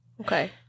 Okay